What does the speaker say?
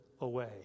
away